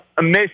miss